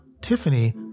Tiffany